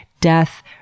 death